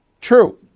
True